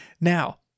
now